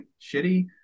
shitty